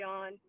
on